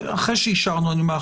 אחרי שאישרנו.